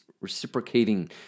reciprocating